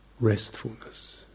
restfulness